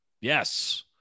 Yes